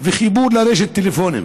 וחיבור לרשת טלפונים.